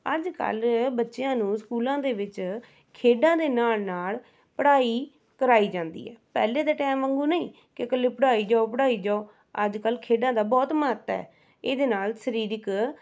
ਅੱਜ ਕੱਲ੍ਹ ਬੱਚਿਆਂ ਨੂੰ ਸਕੂਲਾਂ ਦੇ ਵਿੱਚ ਖੇਡਾਂ ਦੇ ਨਾਲ ਨਾਲ ਪੜ੍ਹਾਈ ਕਰਾਈ ਜਾਂਦੀ ਹੈ ਪਹਿਲੇ ਦੇ ਟਾਈਮ ਵਾਂਗੂ ਨਹੀਂ ਕਿ ਇਕੱਲੇ ਪੜ੍ਹਾਈ ਜਾਓ ਪੜ੍ਹਾਈ ਜਾਓ ਅੱਜ ਕੱਲ੍ਹ ਖੇਡਾਂ ਦਾ ਬਹੁਤ ਮਹੱਤਵ ਹੈ ਇਹਦੇ ਨਾਲ ਸਰੀਰਿਕ